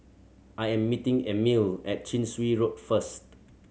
I am meeting Emilie at Chin Swee Road first